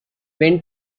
bent